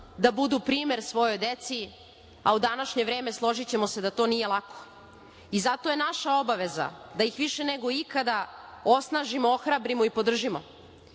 da budu primer svojoj deci, a u današnje vreme, složićemo se da to nije lako. Zato je naša obaveza da ih više nego ikada osnažimo, ohrabrimo i podržimo. Konačno